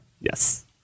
Yes